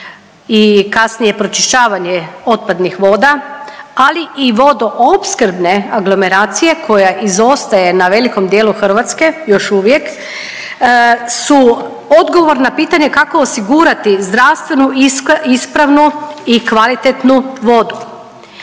i kasnije pročišćavanje otpadnih voda ali i vodoopskrbne aglomeracije koja izostaje na velikom dijelu Hrvatske još uvijek su odgovor na pitanje kako osigurati zdravstvenu ispravnu i kvalitetnu vodu.